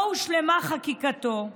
לא הושלמה חקיקתו.